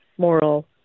moral